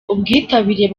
ubwitabire